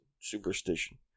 superstition